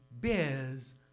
bears